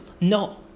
No